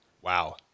Wow